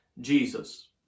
Jesus